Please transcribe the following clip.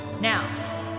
Now